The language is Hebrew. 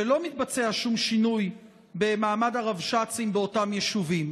שלא מתבצע שום שינוי במעמד הרבש"צים באותם יישובים.